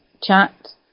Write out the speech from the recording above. chat